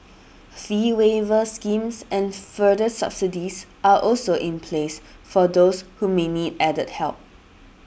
fee waiver schemes and further subsidies are also in place for those who may need added help